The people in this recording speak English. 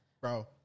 bro